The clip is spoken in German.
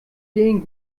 den